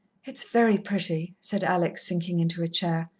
it's very pretty, said alex, sinking into a chair.